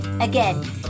Again